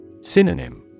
Synonym